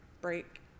break